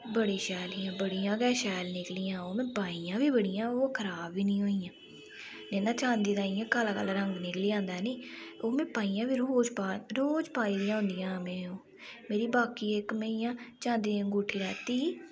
बड़ी शैल हियां बड़ियां गै शैल निकलियां ओह् में पाइयां बी बड़ियां ओह् खराब बी नेईं होइयां नेईं तां चांदी दा इ'यां काला काला रंग निकली आंदा हैनी ओह् में पाइयां बी रोज़ पा रोज़ पाई दियां होंदियां में ओह् मेरी बाकी इक में चांदी दी अंगुठी लैती ही